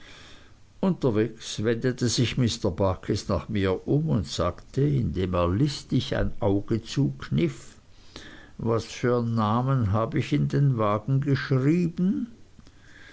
unterwegs wendete sich mr barkis nach mir um und sagte indem er listig ein auge zukniff was fürn namen hab ich in den wagen geschrieben